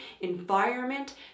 environment